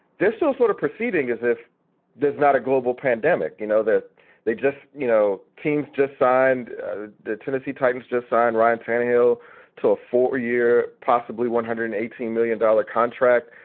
this all sort of proceeding as if there's not a global pandemic. you know, they're they just you know, teams just signed ah the tennessee titans just signed ryan tannehill to a four year, possibly one hundred and eighty million dollars contract.